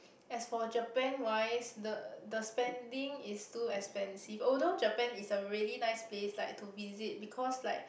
as for Japan wise the the spending is too expensive although Japan is a really nice place like to visit because like